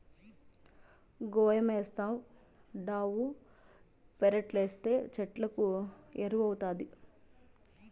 గోమయమేస్తావుండావు పెరట్లేస్తే చెట్లకు ఎరువౌతాది